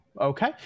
okay